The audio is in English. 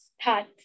start